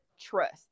trust